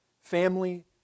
Family